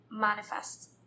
manifest